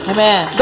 Amen